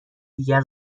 دیگر